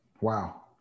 Wow